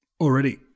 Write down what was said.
Already